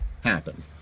happen